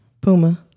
Puma